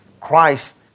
Christ